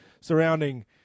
surrounding